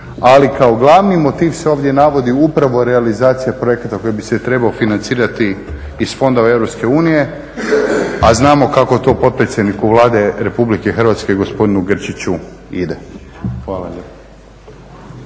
ali kao glavni motiv se ovdje navodi upravo realizacija projekta koji bi se trebao financirati iz fondova Europske unije, a znamo kako to potpredsjedniku Vlade Republike Hrvatske gospodinu Grčiću ide. Hvala.